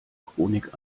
chronik